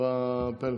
בפלאפון.